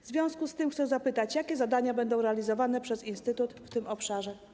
W związku z tym chcę zapytać, jakie zadania będą realizowane przez instytut w tym obszarze.